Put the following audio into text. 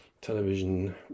television